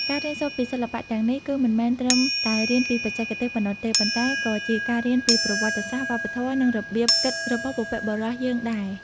ការរៀនសូត្រពីសិល្បៈទាំងនេះ គឺមិនមែនត្រឹមតែរៀនពីបច្ចេកទេសប៉ុណ្ណោះទេ ប៉ុន្តែក៏ជាការរៀនពីប្រវត្តិសាស្ត្រ វប្បធម៌ និងរបៀបគិតរបស់បុព្វបុរសយើងដែរ។